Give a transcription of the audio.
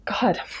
god